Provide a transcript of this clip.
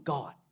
God